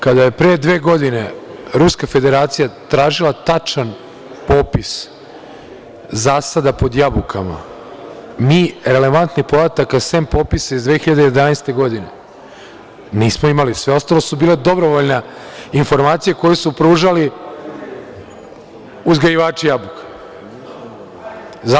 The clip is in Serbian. Kada je pre dve godine Ruska Federacija tražila tačan popis zasada pod jabukama mi relevantne podatke, sem popisa iz 2011. godine nismo imali, sve ostalo su bile dobrovoljne informacije koje su pružali uzgajivači jabuka.